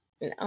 No